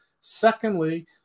Secondly